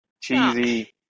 Cheesy